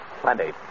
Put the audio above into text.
Plenty